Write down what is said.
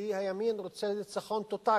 כי הימין רוצה ניצחון טוטלי,